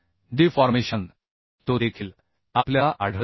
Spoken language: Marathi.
मग आणखी एक गुणधर्म ज्याला कठोरता म्हणतात तो देखील आपल्याला आढळतो